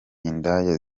indaya